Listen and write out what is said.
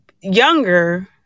younger